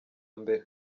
mbere